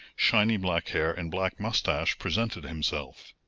shiny black hair and black mustache, presented himself.